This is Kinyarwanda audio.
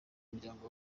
muryango